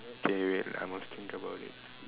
okay wait lah I must think about it